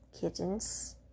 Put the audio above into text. kittens